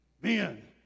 men